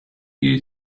you